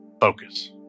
focus